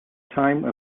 time